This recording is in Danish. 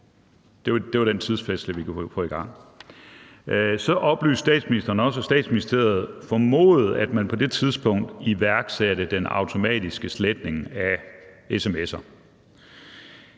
Det var den tidsfrist, der gik i gang. Så oplyste statsministeren også, at Statsministeriet formodede, at man på det tidspunkt iværksatte den automatiske sletning af sms'er.